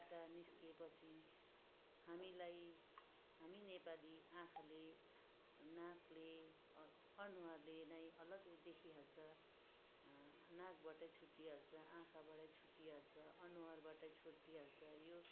बाट निस्किए पछि हामीलाई हामी नेपाली आँखाले नाकले अर अनुहारले नै अलग्गै देखिहाल्छ नाकबाटै छुटिहाल्छ आँखाबाटै छुटिहाल्छ अनुहारबाटै छुटिहाल्छ यो